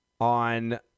on